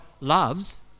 loves